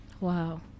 Wow